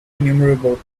innumerable